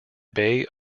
bay